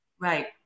Right